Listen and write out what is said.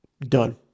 Done